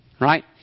Right